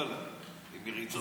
למזבלה עם מריצות.